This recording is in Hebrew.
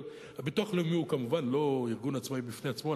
אבל הביטוח הלאומי הוא כמובן לא ארגון עצמאי בפני עצמו,